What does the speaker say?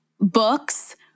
books